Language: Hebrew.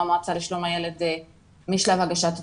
המועצה לשלום הילד משלב הגשת התלונה,